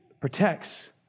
protects